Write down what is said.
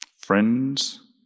Friends